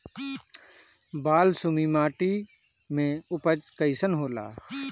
बालसुमी माटी मे उपज कईसन होला?